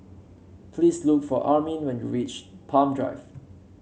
please look for Amin when you reach Palm Drive